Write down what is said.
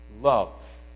love